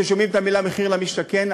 כששומעים את המילים מחיר למשתכן,